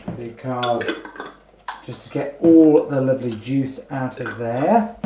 kind of just to get all the lovely juice out of there